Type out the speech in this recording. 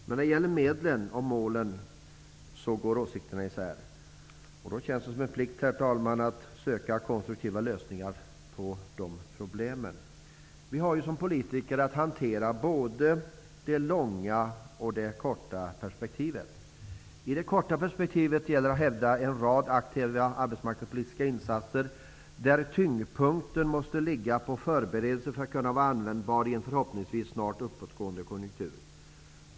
Men när det gäller medlen går åsikterna isär. Då känns det som en plikt, herr talman, att söka konstruktiva lösningar på de problemen. Vi har som politiker att hantera både det långa och det korta perspektivet. I det korta perspektivet gäller det att hävda en rad aktiva arbetsmarknadspolitiska insatser, där tyngdpunkten måste ligga på förberedelse för att kunna vara användbar i en förhoppningsvis snart uppåtgående konjunktur.